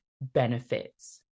benefits